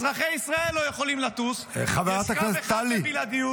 אזרחי ישראל לא יכולים לטוס, יש קו אחד בבלעדיות.